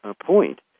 point